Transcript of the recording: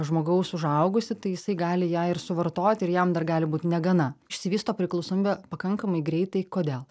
žmogaus užaugusi tai jisai gali ją ir suvartot ir jam dar gali būt negana išsivysto priklausomybė pakankamai greitai kodėl